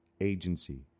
Agency